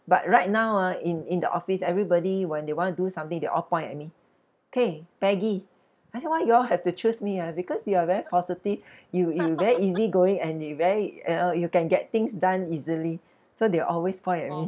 but right now ah in in the office everybody when they want to do something they all point at me K peggy I say why you all have to choose me ah because you are very positive you you very easy going and you very you know you can get things done easily so they always point at me